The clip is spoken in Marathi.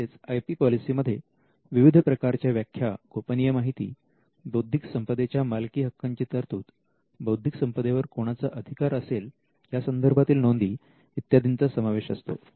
तसेच आय पी पॉलिसीमध्ये विविध प्रकारच्या व्याख्या गोपनीय माहिती बौद्धिक संपदेच्या मालकी हक्काची तरतूद बौद्धिक संपदेवर कोणाचा अधिकार असेल यासंदर्भातील नोंदी इत्यादींचा समावेश असतो